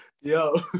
Yo